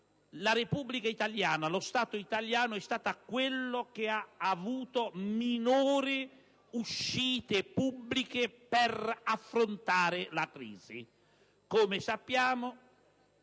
del Governo, lo Stato italiano è stato quello che ha avuto minori uscite pubbliche per affrontare la crisi.